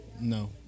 No